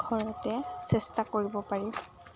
ঘৰতে চেষ্টা কৰিব পাৰি